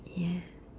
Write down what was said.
yes